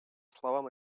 словам